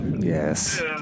Yes